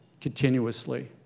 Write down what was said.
continuously